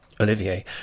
Olivier